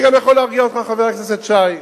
אני גם יכול להרגיע אותך, חבר הכנסת שי.